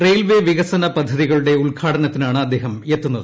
railway വികസന പദ്ധതികളുടെ ഉദ്ഘാടനത്തിനാണ് അദ്ദേഹം എത്തുന്നത്